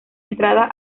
entrada